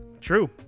True